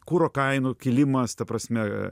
kuro kainų kilimas ta prasme